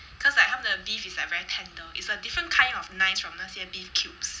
because like 他们的 beef is very tender is a different kind of nice from 那些 beef cubes